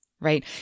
right